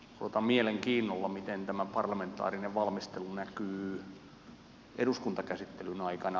odotan mielenkiinnolla miten tämä parlamentaarinen valmistelu näkyy eduskuntakäsittelyn aikana